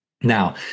Now